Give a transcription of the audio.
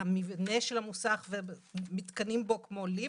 המבנה של המוסך ומתקנים בו, כמו ליפט,